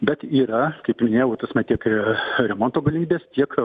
bet yra kaip minėjau tas ne tik remonto galimybės tiek